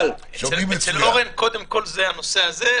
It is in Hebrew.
אצל אורן קודם כל הנושא הזה,